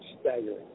staggering